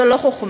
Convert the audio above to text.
זה לא חוכמה,